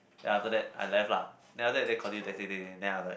then after that I left lah then after that they continue texting texting then I'm like